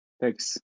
Thanks